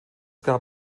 gab